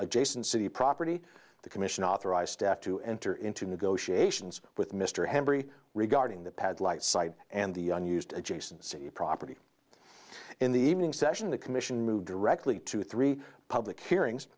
adjacent city property the commission authorized to enter into negotiations with mr henry regarding the pad light site and the unused adjacency property in the evening session the commission moved directly to three public hearings